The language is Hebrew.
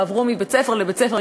ועברו מבית-ספר לבית-ספר,